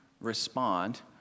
respond